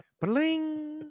Bling